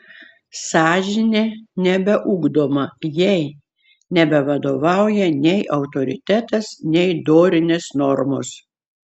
sąžinė nebeugdoma jai nebevadovauja nei autoritetas nei dorinės normos